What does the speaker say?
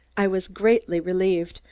i was greatly relieved,